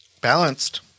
Balanced